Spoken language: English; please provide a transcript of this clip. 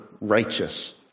righteous